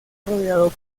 rodeado